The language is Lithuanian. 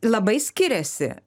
labai skiriasi